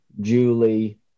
julie